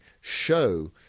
show